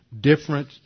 different